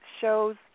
shows